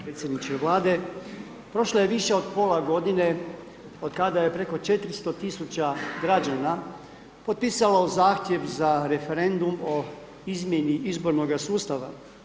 predsjedniče Vlade, prošlo je više od pola godine od kada je preko 400 000 građana potpisalo zahtjev za referendum o izmjeni izbornoga sustava.